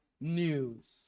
news